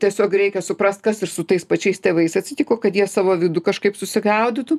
tiesiog reikia suprast kas ir su tais pačiais tėvais atsitiko kad jie savo vidų kažkaip susigaudytų